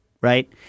right